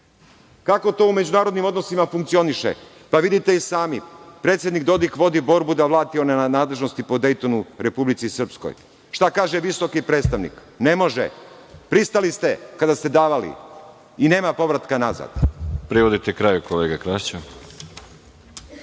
Kako to u međunarodnim odnosima funkcioniše? Pa, vidite i sami. Predsednik Dodik vodi borbu da vrati one nadležnosti po Dejtonu Republici Srpskoj. Šta kaže visoki predstavnik? Ne može. Pristali ste kada ste davali, i nema povratka nazad.